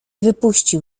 wypuścił